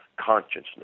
consciousness